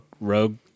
Rogue